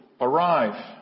arrive